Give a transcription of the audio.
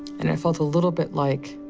and i felt a little bit like.